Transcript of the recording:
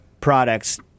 products